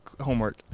homework